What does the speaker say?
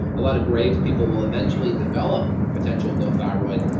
a lot of graves' people will eventually develop potential low thyroid,